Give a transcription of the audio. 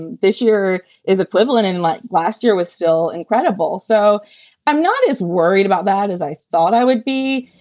and this year is equivalent and like last year was still incredible. so i'm not as worried about that as i thought i would be.